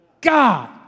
God